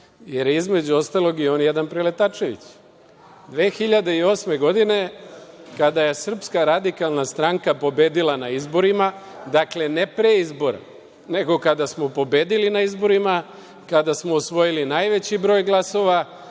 je, između ostalog, i on jedan preletačević. Godine 2008. kada je SRS pobedila na izborima, dakle, ne pre izbora, nego kada smo pobedili na izborima, kada smo osvojili najveći broj glasova,